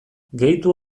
gehitu